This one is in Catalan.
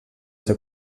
ser